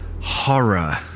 horror